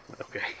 Okay